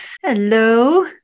Hello